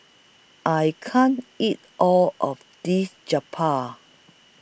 I can't eat All of This Japchae